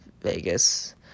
Vegas